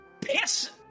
piss